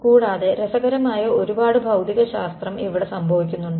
കൂടാതെ രസകരമായ ഒരുപാട് ഭൌതികശാസ്ത്രം ഇവിടെ സംഭവിക്കുന്നുണ്ട്